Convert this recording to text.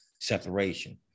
separation